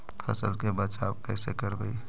फसल के बचाब कैसे करबय?